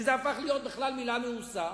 וזה הפך להיות מלה מאוסה.